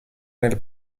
nel